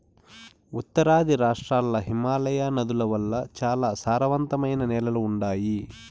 ఉత్తరాది రాష్ట్రాల్ల హిమాలయ నదుల వల్ల చాలా సారవంతమైన నేలలు ఉండాయి